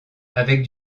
avec